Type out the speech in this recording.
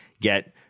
get